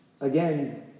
again